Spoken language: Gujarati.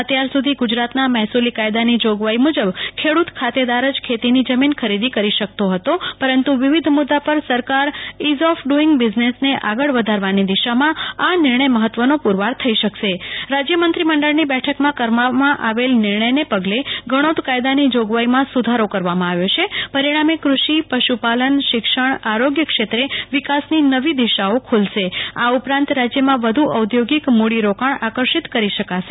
અત્યાર સુધી ગુજરાતના મહેસુલી કાયદાની જોગવાઈ મુજબ ખેડૂત ખાતેદાર જ ખેતીની જમીન ખરીદી શકતો હતો પરંતુ વિવિધ મુદા પર સરકાર ઈઝ ઓફ ડુઈઝ બિઝનેસને આગળ વધારવાની દિશામાં આ નિર્ણય મહત્વનો પુ રવાર થઈ શકશે રાજ્ય મંત્રી મંડળની બેઠકમાં કરવામાં આવેલા નિર્ણયને પગલે ગણોત કાયદાની જોગવાઈમાં સુ ધારો કરવામાં આવ્યો છે પરિણામે કૃષિ પશુ પાલન શિક્ષણ આરોગ્ય ક્ષેત્ર વિકાસની નવી દિશાઓ ખુલશે આ ઉપરાંત રાજ્યમાં વધુ ઔદ્યોગિક મૂ ડી રોકાણ આકર્ષિત કરી શકાશે